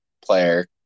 player